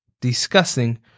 discussing